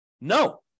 No